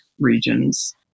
regions